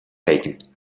taking